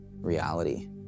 reality